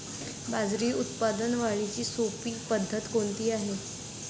बाजरी उत्पादन वाढीची सोपी पद्धत कोणती आहे?